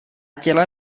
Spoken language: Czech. těle